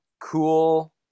cool